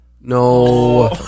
no